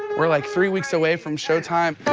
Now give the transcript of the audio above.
we're like three weeks away from showtime.